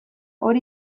hori